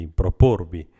proporvi